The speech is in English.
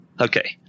Okay